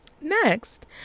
Next